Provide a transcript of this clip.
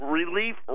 relief